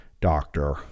doctor